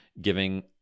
giving